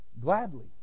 gladly